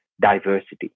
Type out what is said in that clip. diversity